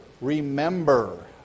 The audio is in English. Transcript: remember